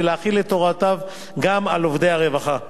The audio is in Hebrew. ולהחיל את הוראותיו גם על עובדי הרווחה.